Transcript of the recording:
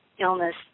illness